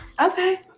Okay